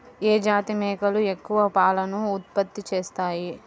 ఏ జాతి మేకలు ఎక్కువ పాలను ఉత్పత్తి చేస్తాయి?